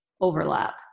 overlap